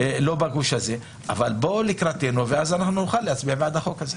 לא בגוש הזה אבל בואו לקראתנו ואז נוכל להצביע בעד החוק הזה.